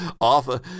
off